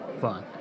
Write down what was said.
fun